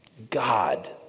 God